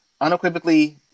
Unequivocally